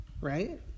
right